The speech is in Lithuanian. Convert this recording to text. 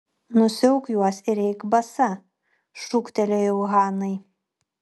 nusiauk juos ir eik basa šūktelėjau hanai